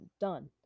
done